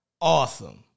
Awesome